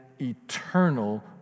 eternal